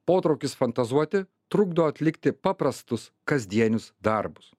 potraukis fantazuoti trukdo atlikti paprastus kasdienius darbus